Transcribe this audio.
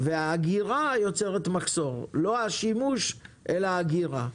והאגירה יוצרת מחסור לא השימוש, אלא האגירה.